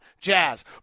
Jazz